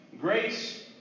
grace